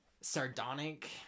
sardonic